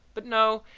but no,